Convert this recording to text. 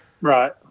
Right